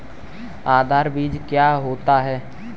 आधार बीज क्या होता है?